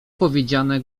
powiedziane